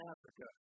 Africa